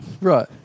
Right